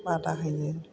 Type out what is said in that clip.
बादा होयो